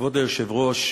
כבוד היושב-ראש,